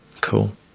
Cool